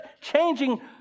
changing